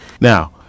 now